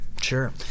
sure